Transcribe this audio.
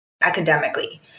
academically